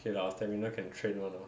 K lah stamina can train [one] lah